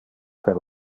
per